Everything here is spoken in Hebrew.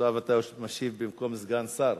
עכשיו אתה משיב במקום סגן שר,